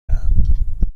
دهم